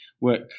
Work